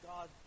God